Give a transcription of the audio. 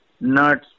nuts